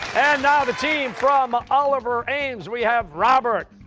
and now the team from oliver ames. we have robert,